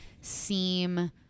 seem